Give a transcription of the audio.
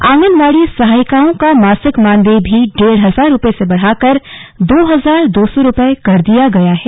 आंगनवाड़ी सहायिकाओं का मासिक मानदेय भी डेढ़ हजार रुपए से बढ़ाकर दो हजार दो सौ रुपए कर दिया गया है